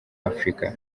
afurika